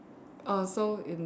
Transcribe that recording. err so in